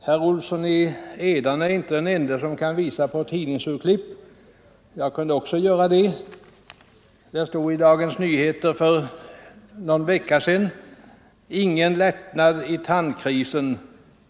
Herr Olsson i Edane är inte den enda som kan visa upp tidningsurklipp — jag kan också göra det. Dagens Nyheter skrev för någon vecka sedan: ”Ingen lättnad i tandkrisen.